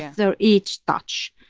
so each touch.